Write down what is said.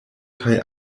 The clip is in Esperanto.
kaj